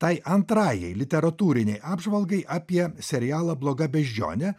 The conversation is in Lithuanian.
tai antrajai literatūrinei apžvalgai apie serialą bloga beždžionė